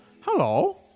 hello